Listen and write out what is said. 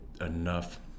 enough